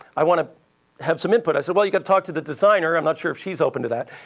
i want to have some input. i said, well, you've gotta talk to the designer. i'm not sure she's open to that.